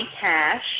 Cash